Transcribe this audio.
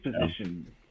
position